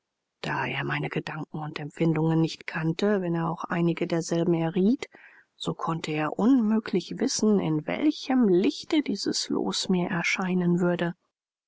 da er meine gedanken und empfindungen nicht kannte wenn er auch einige derselben erriet so konnte er unmöglich wissen in welchem lichte dieses los mir erscheinen würde